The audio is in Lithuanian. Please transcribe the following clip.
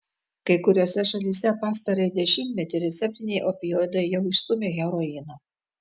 kai kuriose šalyse pastarąjį dešimtmetį receptiniai opioidai jau išstūmė heroiną